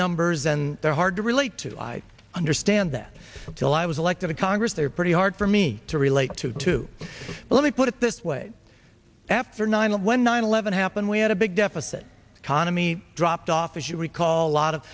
numbers and they're hard to relate to i understand that till i was elected to congress they are pretty hard for me to relate to to let me put it this way after nine when nine eleven happened we had a big deficit economy dropped off as you recall a lot of